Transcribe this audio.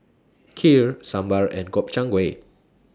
Kheer Sambar and Gobchang Gui